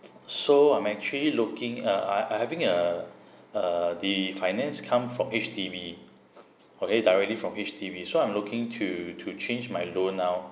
so I'm actually looking uh I I having a uh the finance come from H_D_B or a directly from H_D_B so I'm looking to to change my loan now